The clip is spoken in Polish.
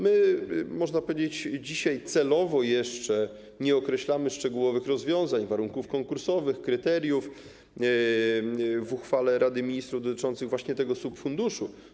Można powiedzieć, że dzisiaj celowo jeszcze nie określamy szczegółowych rozwiązań, warunków konkursowych, kryteriów w uchwale Rady Ministrów dotyczących tego subfunduszu.